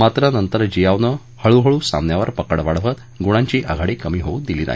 मात्र नंतर जियावनं हळूहळू सामन्यावर पकड वाढवत गुणांची आघाडी कमी होऊ दिली नाही